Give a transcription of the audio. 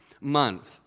month